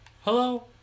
Hello